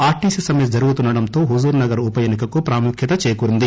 RTC సమ్మె జరుగుతుండటంతో Huzurnagar ఉప ఎన్ని కకు ప్రాముఖ్యత చేకూరింది